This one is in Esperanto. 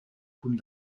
kun